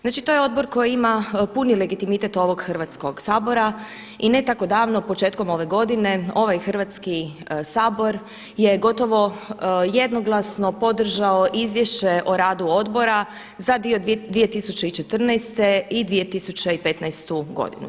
Znači to je odbor koji ima puni legitimitet ovog Hrvatskog sabora i ne tako davno, početkom ove godine, ovaj Hrvatski sabor je gotovo jednoglasno podržao izvješće o radu odbora za 2014. i 2015. godinu.